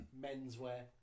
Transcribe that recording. menswear